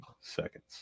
seconds